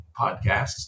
podcasts